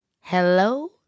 Hello